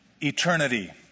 eternity